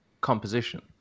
composition